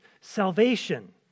salvation